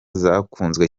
zakunzwe